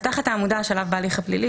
(2) (א)"תחת העמודה "השלב בהליך הפלילי"